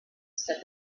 said